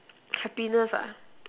happiness ah